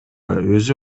өзү